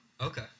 Okay